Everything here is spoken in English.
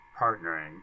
partnering